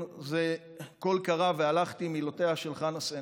זה "קול קרא והלכתי" מילותיה של חנה סנש,